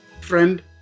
Friend